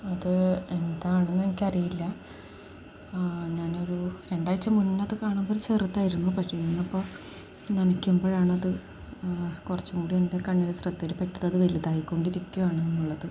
അത് എന്താണെന്ന് എനിക്കറിയില്ല ആ ഞാനൊരു രണ്ടാഴ്ച മുന്നെയതു കാണുമ്പോൾ ചെറുതായിരുന്നു പക്ഷെ ഇന്നിപ്പോള് നനയ്ക്കുമ്പോഴണത് ആ കുറച്ചും കൂടി എൻ്റെ കണ്ണിനു ശ്രദ്ധയില്പ്പെട്ടത് വലുതായിക്കൊണ്ടിരിക്കുകയാണ് എന്നുള്ളത്